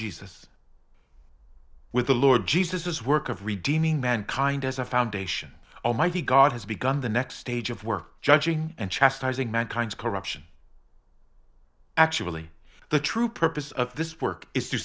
jesus with the lord jesus is work of redeeming mankind as a foundation almighty god has begun the next stage of work judging and chastising mankind's corruption actually the true purpose of this work is to